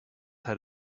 had